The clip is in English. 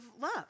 love